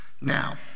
Now